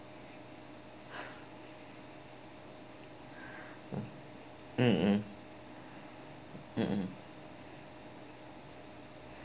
mmhmm mmhmm